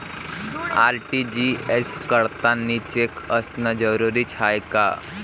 RTGS करतांनी cheque असनं जरुरीच हाय का?